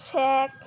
Sheikh